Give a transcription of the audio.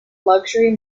luxury